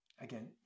Again